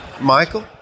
Michael